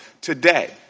today